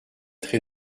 très